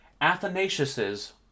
Athanasius's